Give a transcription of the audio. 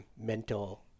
mental